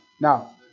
Now